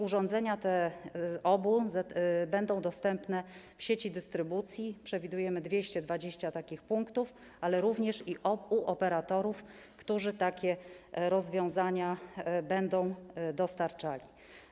Urządzenia OBU będą dostępne w sieci dystrybucji, przewidujemy 220 takich punktów, ale również u operatorów, którzy takie rozwiązania będą dostarczali.